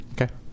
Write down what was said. Okay